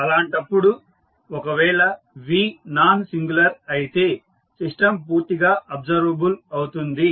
అలాంటప్పుడు ఒకవేళ V non singular అయితే సిస్టమ్ పూర్తిగా అబ్సర్వబుల్ అవుతుంది